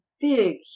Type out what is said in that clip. big